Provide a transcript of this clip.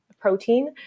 protein